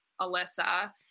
Alyssa